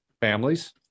families